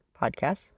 podcasts